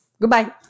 Goodbye